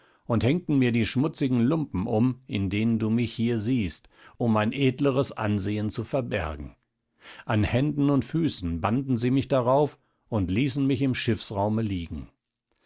und hängten mir die schmutzigen lumpen um in denen du mich hier siehst um mein edleres ansehen zu verbergen an händen und füßen banden sie mich darauf und ließen mich im schiffsraume liegen